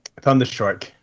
thunderstrike